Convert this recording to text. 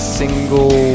single